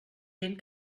gent